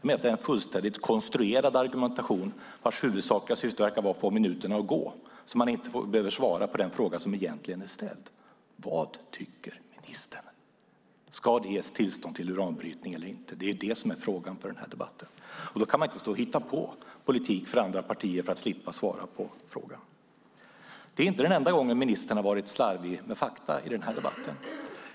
Det är en fullständigt konstruerad argumentation vars huvudsakliga syfte verkar vara att få minuterna att gå så att man inte behöver svara på den fråga som ställts, nämligen: Tycker ministern att det ska ges tillstånd till uranbrytning eller inte? Då kan man inte stå och hitta på politik för andra partier för att slippa svara på frågan. Detta är inte den enda gång som ministern har varit slarvig med fakta i denna debatt.